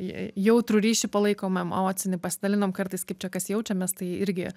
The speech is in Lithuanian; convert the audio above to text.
jautrų ryšį palaikom emocinį pasidalinam kartais kaip čia kas jaučiamės tai irgi